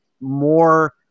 more